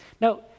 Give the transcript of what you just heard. Now